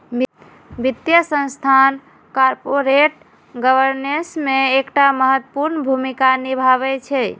वित्तीय संस्थान corporate governance मे एकटा महत्वपूर्ण भूमिका निभाबै छै